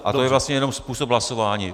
A to je vlastně jenom způsob hlasování.